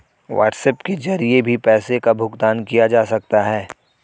WhatsApp के जरिए भी पैसों का भुगतान किया जा सकता है